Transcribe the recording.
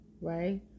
Right